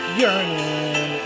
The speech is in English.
yearning